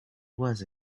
was